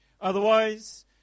Otherwise